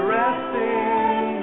resting